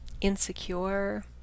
insecure